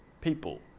People